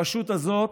הרשות הזאת,